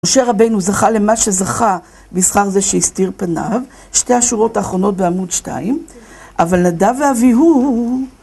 משה רבינו זכה למה שזכה בשכר זה שהסתיר פניו, שתי השורות האחרונות בעמוד שתיים, אבל נדב ואביהו